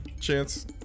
Chance